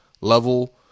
level